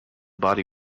body